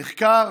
נחקר.